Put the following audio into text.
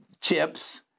chips